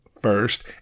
first